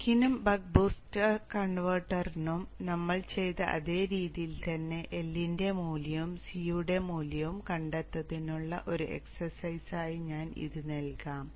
ബക്കിനും buck boost കൺവെർട്ടറിനും നമ്മൾ ചെയ്ത അതേ രീതിയിൽ തന്നെ L ന്റെ മൂല്യവും C യുടെ മൂല്യവും കണ്ടെത്തുന്നതിനുള്ള ഒരു എക്സസൈസായി ഞാൻ ഇത് നൽകാം